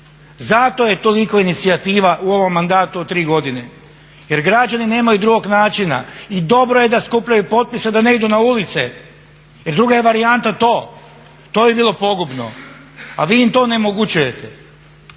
Zato je toliko inicijativa u ovom mandatu od tri godine, jer građani nemaju drugog načina. I dobro je da skupljaju potpise da ne idu na ulice. Jer druga je varijanta to, to bi bilo pogubno, a vi im to onemogućujete.